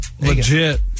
Legit